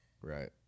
Right